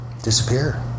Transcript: Disappear